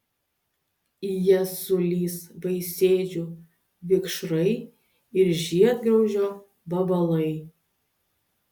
į jas sulįs vaisėdžių vikšrai ir žiedgraužio vabalai